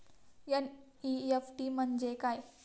NEFT म्हणजे काय?